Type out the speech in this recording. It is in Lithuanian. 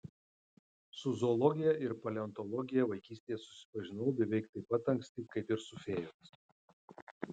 su zoologija ir paleontologija vaikystėje susipažinau beveik taip pat anksti kaip ir su fėjomis